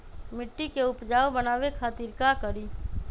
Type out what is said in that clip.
मिट्टी के उपजाऊ बनावे खातिर का करी?